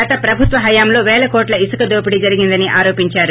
గత ప్రభుత్వ హయాంలో వేల కోట్ల ఇసుక దోపిడీ జరిగిందని ఆరోపించారు